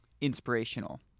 inspirational